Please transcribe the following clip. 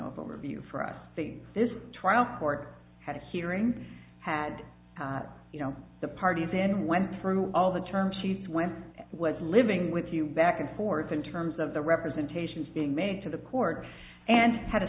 overview for us see this trial court had a hearing had you know the parties then went through all the terms used when i was living with you back and forth in terms of the representations being made to the court and had a